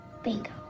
Bingo